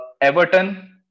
Everton